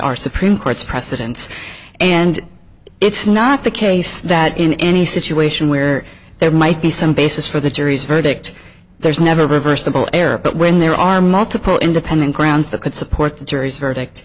our supreme court's precedents and it's not the case that in any situation where there might be some basis for the jury's verdict there's never reversible error but when there are multiple independent grounds that could support the jury's verdict